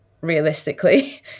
realistically